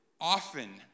often